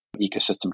ecosystem